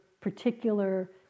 particular